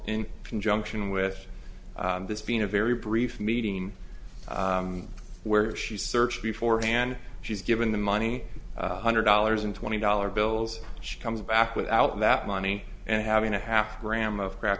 in conjunction with this being a very brief meeting where she searched before hand she's given the money hundred dollars and twenty dollars bills she comes back with out that money and having a half gram of crack